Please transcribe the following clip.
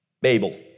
Babel